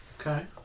Okay